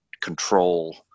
control